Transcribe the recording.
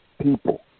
people